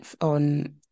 on